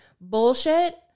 bullshit